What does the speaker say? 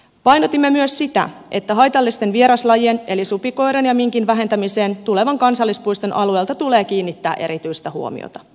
painotimme myös sitä että haitallisten vieraslajien supikoiran ja minkin vähentämiseen tulevan kansallispuiston alueelta tulee kiinnittää erityistä huomiota